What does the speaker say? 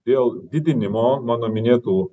dėl didinimo mano minėtų